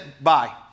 bye